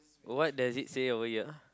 what does it say over here